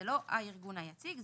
זה לא הארגון היציג,